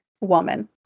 woman